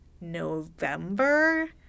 November